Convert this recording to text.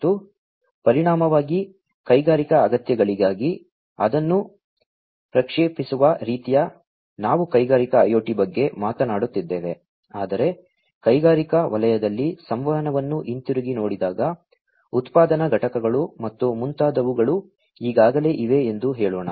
ಮತ್ತು ಪರಿಣಾಮವಾಗಿ ಕೈಗಾರಿಕಾ ಅಗತ್ಯಗಳಿಗಾಗಿ ಅದನ್ನು ಪ್ರಕ್ಷೇಪಿಸುವ ರೀತಿಯ ನಾವು ಕೈಗಾರಿಕಾ IoT ಬಗ್ಗೆ ಮಾತನಾಡುತ್ತಿದ್ದೇವೆ ಆದರೆ ಕೈಗಾರಿಕಾ ವಲಯದಲ್ಲಿ ಸಂವಹನವನ್ನು ಹಿಂತಿರುಗಿ ನೋಡಿದಾಗ ಉತ್ಪಾದನಾ ಘಟಕಗಳು ಮತ್ತು ಮುಂತಾದವುಗಳು ಈಗಾಗಲೇ ಇವೆ ಎಂದು ಹೇಳೋಣ